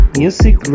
music